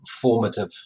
formative